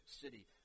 city